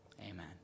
amen